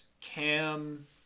Cam